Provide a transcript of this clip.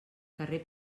carrer